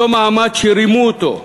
אותו מעמד שרימו אותו,